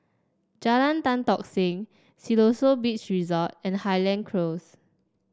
Jalan Tan Tock Seng Siloso Beach Resort and Highland Close